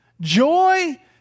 Joy